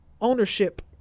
ownership